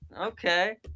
Okay